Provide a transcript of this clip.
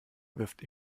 wirft